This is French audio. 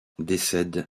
décède